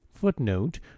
Footnote